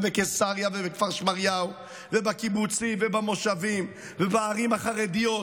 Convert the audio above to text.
בקיסריה ובכפר שמריהו ובקיבוצים ובמושבים ובערים החרדיות,